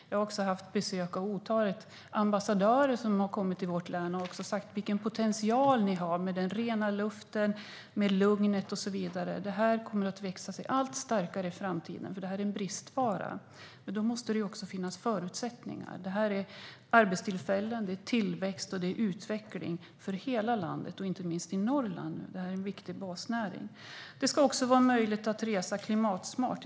Jag har haft besök av ett flertal ambassadörer som har sagt att vi har stor potential tack vare den rena luften, lugnet och så vidare och att denna marknad kommer att växa sig allt starkare i framtiden eftersom det är en bristvara. Men då måste det finnas förutsättningar. Det handlar om arbetstillfällen, tillväxt och utveckling för hela landet, inte minst i Norrland där det är en viktig basnäring. Det ska också vara möjligt att resa klimatsmart.